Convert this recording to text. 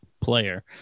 player